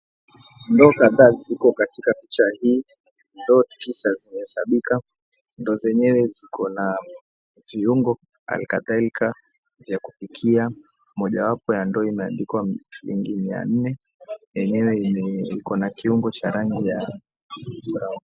Ndoo kadhaa ziko katika picha hii. Ndoo tisa zimehesabika. Ndoo zenyewe zikona viungo halikadhalika za kupikia. Moja wapo ya ndoo imeandikwa shilingi mia nne na yenyewe ikona kiungo cha rangi ya brown .